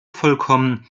vollkommen